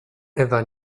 ewa